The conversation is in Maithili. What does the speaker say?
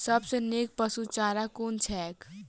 सबसँ नीक पशुचारा कुन छैक?